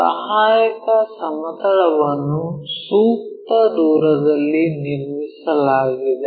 ಸಹಾಯಕ ಸಮತಲವನ್ನು ಸೂಕ್ತ ದೂರದಲ್ಲಿ ನಿರ್ಮಿಸಲಾಗಿದೆ